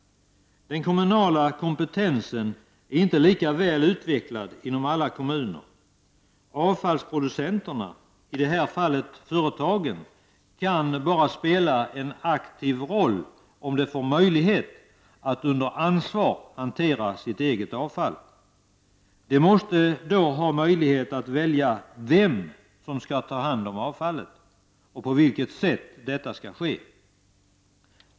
Den kommunala kompentensen är inte lika väl utvecklad inom alla kommuner. Avfallsproducenterna — i det här fallet företagen — kan spela en aktiv roll bara om de får möjlighet att under ansvar hantera sitt eget avfall. De måste då ha möjlighet att välja vem som skall ta hand om avfallet och på vilket sätt detta skall ske.